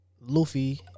Luffy